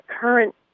current